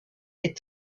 est